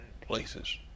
places